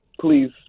Please